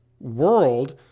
world